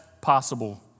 possible